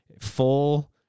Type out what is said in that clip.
full